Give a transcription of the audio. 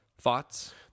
Thoughts